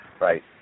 right